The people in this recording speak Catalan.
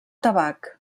tabac